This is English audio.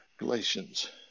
Galatians